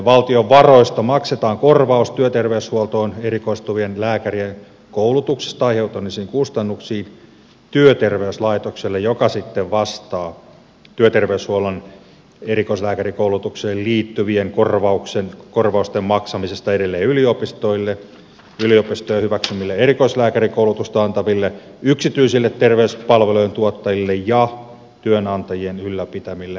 valtion varoista maksetaan korvaus työterveyshuoltoon erikoistuvien lääkärien koulutuksesta aiheutuneista kustannuksista työterveyslaitokselle joka sitten vastaa työterveyshuollon erikoislääkärikoulutukseen liittyvien korvausten maksamisesta edelleen yliopistoille yliopistojen hyväksymille erikoislääkärikoulutusta antaville yksityisille terveyspalvelujen tuottajille ja työnantajien ylläpitämille työterveysasemille